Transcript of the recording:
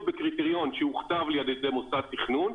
בקריטריון שהוכתב לי על-ידי מוסד תכנון,